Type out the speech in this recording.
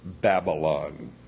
Babylon